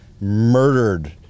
murdered